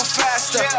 faster